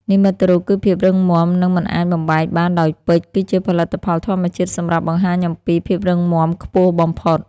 និមិត្តរូបគឺភាពរឹងមាំ និងមិនអាចបំបែកបានដោយពេជ្រ គឺជាផលិតផលធម្មជាតិសម្រាប់បង្ហាញអំពី ភាពរឹងមាំខ្ពស់បំផុត។